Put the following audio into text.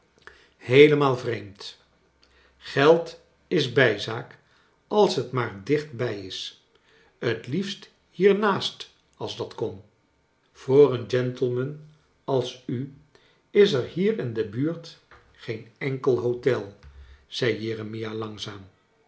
heelemaal yreemd geld is bijzaak als t maar dichtbij is t liefst hiernaast als dat kon voor een gentleman als u is er hier in de buurt geen enkel hotel zei jeremia langzaam